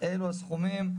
אלו הסכומים.